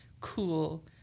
cool